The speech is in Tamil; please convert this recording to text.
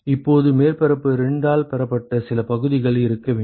இப்போது மேற்பரப்பு 2 ஆல் பெறப்பட்ட சில பகுதிகள் இருக்க வேண்டும்